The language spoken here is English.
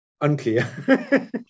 unclear